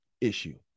issue